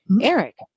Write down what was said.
Eric